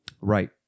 Right